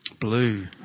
Blue